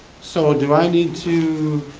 so do i need to?